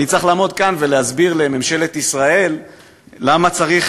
ואני צריך לעמוד כאן ולהסביר לממשלת ישראל למה צריך